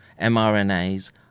mRNAs